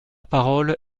parole